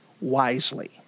wisely